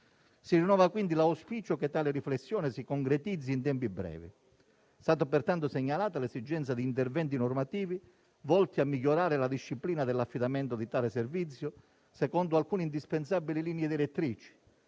Si rinnova quindi l'auspicio che tale riflessione si concretizzi in tempi brevi. È stata pertanto segnalata l'esigenza di interventi normativi volti a migliorare la disciplina dell'affidamento di tale servizio secondo alcune indispensabili linee direttrici: